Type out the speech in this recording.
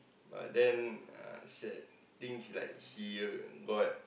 but then uh sad thing she like she got